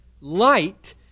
light